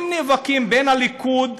נאבקים בין הליכוד,